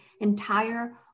entire